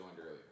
earlier